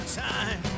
time